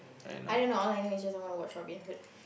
I don't know all I know is just I want to watch Robin-Hood